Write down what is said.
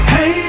Hey